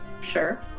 Sure